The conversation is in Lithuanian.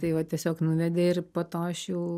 tai va tiesiog nuvedė ir po to aš jau